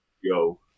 Yo